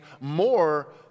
more